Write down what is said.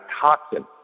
toxin